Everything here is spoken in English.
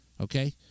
Okay